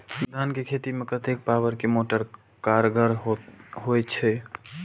धान के खेती में कतेक पावर के मोटर कारगर होई छै?